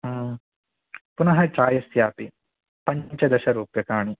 पुनः चायस्यापि पञ्चदशरूप्यकाणि